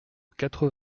quatre